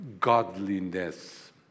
godliness